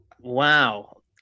Wow